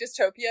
dystopia